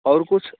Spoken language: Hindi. और कुछ